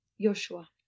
Joshua